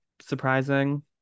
surprising